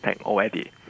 already